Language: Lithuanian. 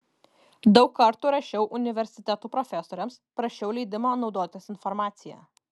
daug kartų rašiau universitetų profesoriams prašiau leidimo naudotis informacija